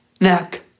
neck